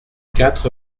quatre